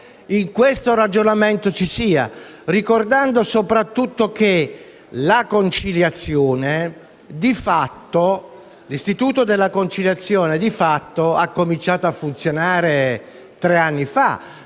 in questo ragionamento ci sia, ricordando soprattutto che l'istituto della conciliazione di fatto ha cominciato a funzionare tre anni fa,